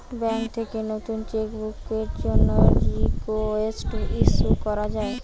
bank থেকে নতুন cheque বুকের জন্যে রিকোয়েস্ট ইস্যু করা যায়